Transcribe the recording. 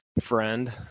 friend